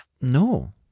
No